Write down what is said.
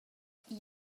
acsiwn